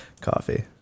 Coffee